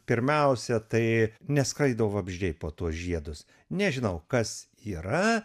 pirmiausia tai neskraido vabzdžiai po tuos žiedus nežinau kas yra